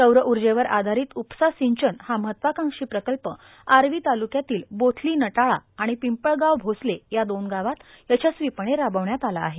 सौर ऊजवर आर्धारत उपसा र्सिंचन हा महत्त्वाकांक्षी प्रकल्प आर्वा तालुक्यातील बोथली नटाळा आर्माण पिंपळगाव भोसले या दोन गावांत यशस्वीपणे रार्बावण्यात आला आहे